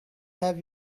have